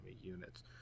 units